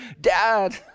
Dad